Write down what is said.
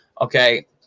Okay